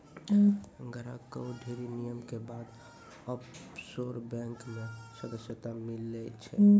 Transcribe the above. ग्राहक कअ ढ़ेरी नियम के बाद ऑफशोर बैंक मे सदस्यता मीलै छै